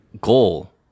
goal